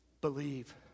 believe